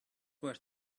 where